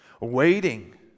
Waiting